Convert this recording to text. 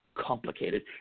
complicated